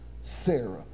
Sarah